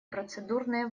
процедурные